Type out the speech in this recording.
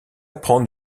prendre